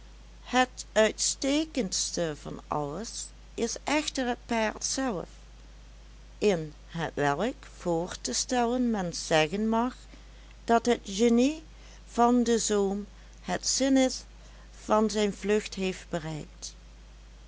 het uitstekendste van alles is echter het paard zelf in hetwelk voor te stellen men zeggen mag dat het genie van de zoom het zenith van zijn vlucht heeft bereikt